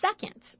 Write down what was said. second